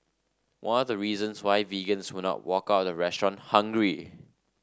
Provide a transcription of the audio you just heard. one of the reasons why vegans will not walk out of the restaurant hungry